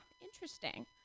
interesting